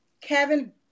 Kevin